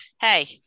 Hey